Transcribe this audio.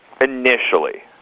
initially